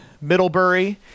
Middlebury